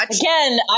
Again